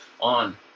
on